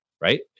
right